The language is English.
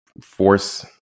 force